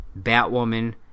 Batwoman